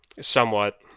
Somewhat